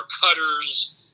cutters